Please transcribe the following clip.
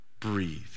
breathe